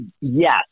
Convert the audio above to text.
Yes